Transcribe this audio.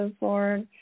Lord